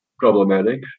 Problematic